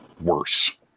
worse